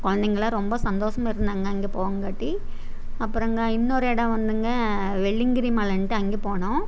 குழந்தைகள்லாம் ரொம்ப சந்தோசமாக இருந்தாங்க அங்கே போகங்காட்டி அப்புறங்க இன்னொரு எடம் வந்துங்க வெள்ளியங்கிரி மலைன்ட்டு அங்கே போனோம்